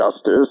justice